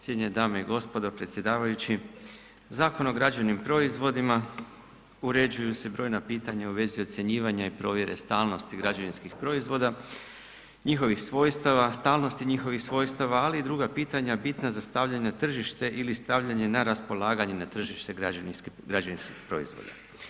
Cijenjene dame i gospodo, predsjedavajući, Zakonom o građevnim proizvodima uređuju se brojna pitanja u vezi ocjenjivanja i provjere stalnosti građevinskih proizvoda, njihovih svojstava, stalnosti njihovih svojstava ali i druga pitanja bitna za stavljanje na tržišta ili stavljanje na raspolaganje na tržište građevinskih proizvoda.